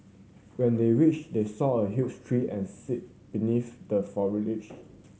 when they reached they saw a huge tree and sit beneath the foliage